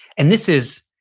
and this is,